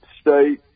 state